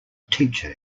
teacher